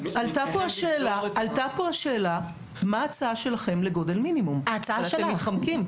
עלתה כאן השאלה מה ההצעה שלכם לגודל מינימום ואתם מתחמקים.